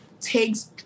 takes